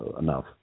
enough